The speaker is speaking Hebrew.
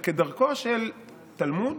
וכדרכו של תלמוד,